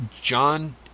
John